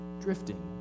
drifting